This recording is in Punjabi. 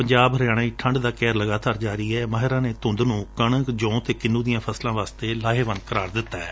ਪੰਜਾਬ ਹਰਿਆਣਾ ਵਿਚ ਠੰਢ ਦਾ ਕਹਿਰ ਲਗਾਤਾਰ ਜਾਰੀ ਏ ਮਾਹਿਰਾ ਨੇ ਧੁੰਦ ਨੂੰ ਕਣਕ ਜੌ ਅਤੇ ਕਿੰਨੁ ਦੀਆਂ ਫਸਲਾਂ ਲਈ ਲਾਹੇਵੰਦ ਦਸਿਐ